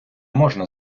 можна